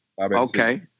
Okay